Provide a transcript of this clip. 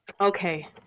Okay